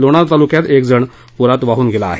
लोणार तालुक्यात एक जण प्रात वाहन गेलं आहे